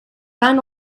ran